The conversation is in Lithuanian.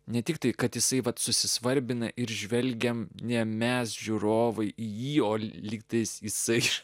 ne tik tai kad jisai vat susisvarbina ir žvelgiame ne mes žiūrovai jo lygtis jisai